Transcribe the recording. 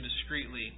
discreetly